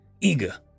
eager